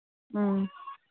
ꯎꯝ